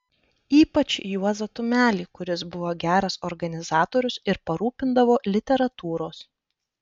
ypač juozą tumelį kuris buvo geras organizatorius ir parūpindavo literatūros